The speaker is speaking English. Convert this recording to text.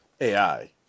AI